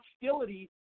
hostility